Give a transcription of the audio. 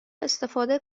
استفاده